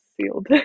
sealed